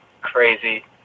crazy